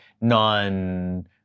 non